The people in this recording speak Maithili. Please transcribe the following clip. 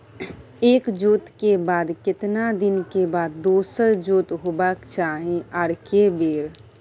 एक जोत के बाद केतना दिन के बाद दोसर जोत होबाक चाही आ के बेर?